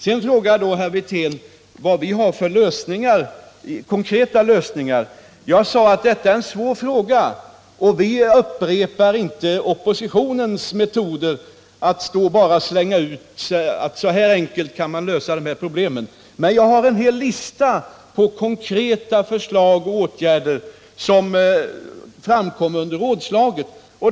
Vidare frågar herr Wirtén vad vi har för konkreta lösningar. Jag sade att det här är en svår fråga. Vi upprepar inte den tidigare oppositionens metod att bara stå och slänga ur sig att så här enkelt kan man lösa de här problemen. Nej, jag har en hel lista på konkreta förslag och åtgärder som framkom under rådslaget.